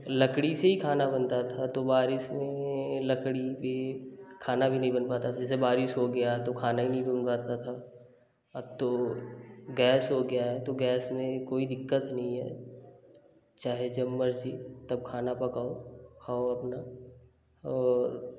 लकड़ी से ही खाना बनता था तो बारिश में लकड़ी की खाना भी नहीं बन पाता था जैसे बारिश हो गया तो खाना ही नहीं बन पाता था अब तो गैस हो गया है तो गैस में कोई दिक्कत नहीं है चाहे जब मर्जी तब खाना पकाओ खाओ अपना और